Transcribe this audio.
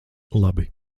labi